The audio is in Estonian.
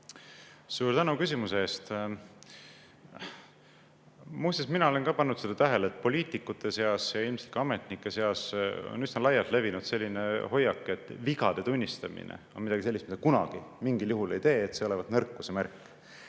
Suur tänu küsimuse eest! Muuseas, mina olen ka pannud seda tähele, et poliitikute ja ilmselt ka ametnike seas on üsna laialt levinud selline hoiak, et vigade tunnistamine on midagi sellist, mida kunagi mingil juhul ei tehta, et see olevat nõrkuse märk.